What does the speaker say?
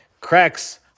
cracks